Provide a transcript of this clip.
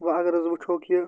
وۄنۍ اگر حظ وُچھو کہِ